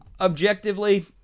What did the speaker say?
Objectively